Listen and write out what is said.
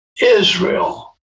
Israel